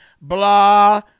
Blah